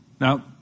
Now